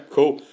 Cool